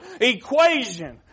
equation